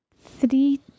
Three